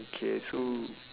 okay so